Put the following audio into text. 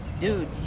dude